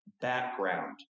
background